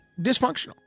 dysfunctional